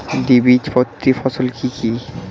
দ্বিবীজপত্রী ফসল কি কি?